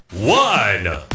One